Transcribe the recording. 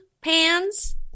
pans